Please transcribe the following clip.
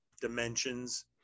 dimensions